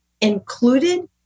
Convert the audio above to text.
included